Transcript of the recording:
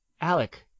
Alec